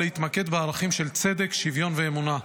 ולהתמקד בערכים של צדק שוויון ואמונה.